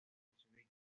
bolcheviques